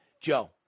Joe